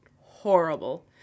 horrible